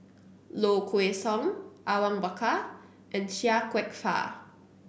Low Kway Song Awang Bakar and Chia Kwek Fah